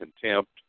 contempt